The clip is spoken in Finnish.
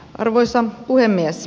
arvoisa puhemies